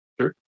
Sure